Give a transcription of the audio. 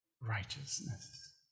righteousness